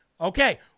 Okay